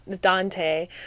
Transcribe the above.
Dante